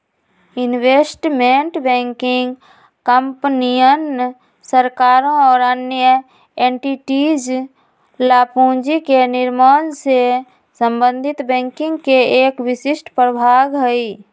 investment banking कंपनियन, सरकारों और अन्य एंटिटीज ला पूंजी के निर्माण से संबंधित बैंकिंग के एक विशिष्ट प्रभाग हई